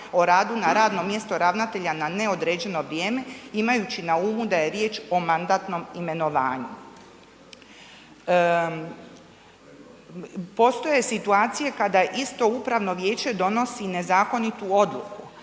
o radu na radnom mjestu ravnatelja na neodređeno vrijeme imajući na umu da je riječ o mandatnom imenovanju. Postoje situacije kada isto upravno vijeće donosi nezakonitu odluku.